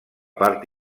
part